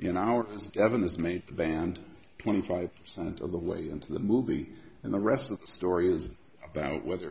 in hours devon has made the band twenty five percent of the way into the movie and the rest of the story is about whether